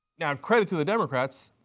yeah but credit to the democrats,